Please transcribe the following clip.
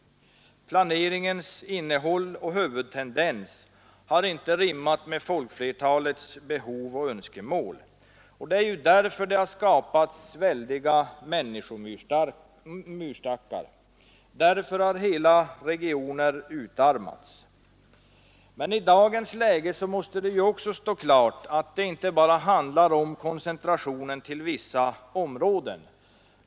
Planeringens innehåll och huvudtendens har inte rimmat med folkflertalets behov och önskemål. Därför har det skapats väldiga människomyrstackar. Därför har hela regioner utarmats. Men i dagens läge måste det också stå klart att det inte bara handlar om koncentrationen till vissa områden.